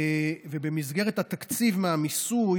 ובמסגרת התקציב מהמיסוי,